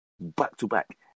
back-to-back